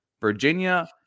Virginia